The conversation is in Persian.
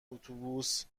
اتوبوس